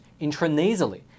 intranasally